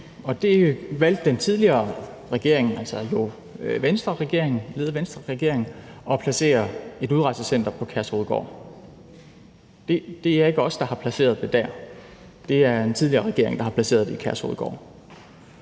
og der valgte den tidligere regering, altså den tidligere Venstreledede regering, at placere et udrejsecenter på Kærshovedgård. Det er ikke os, der har placeret det der. Det er en tidligere regering, der har placeret det i Kærshovedgård.